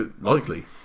likely